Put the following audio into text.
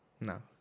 no